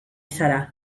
zara